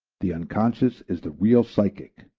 the unconscious is the real psychic